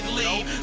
leave